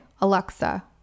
Alexa